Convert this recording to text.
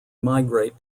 migrate